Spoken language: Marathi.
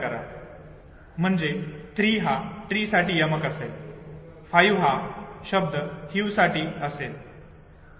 आता आपण नंबर पेग तंत्राबद्दल बोलत आहोत आणि कल्पना करा की हे नंबर आहेत जे तुम्हाला दिले आहेत आणि तुम्हाला सांगितले आहे कि तुम्ही ते लक्षात ठेवा